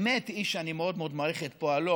באמת הוא איש שאני מאוד מאוד מעריך פועלו,